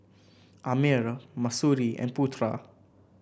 Ammir Mahsuri and Putra